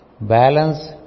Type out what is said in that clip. balance